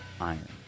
iron